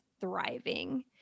thriving